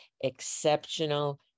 exceptional